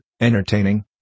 entertaining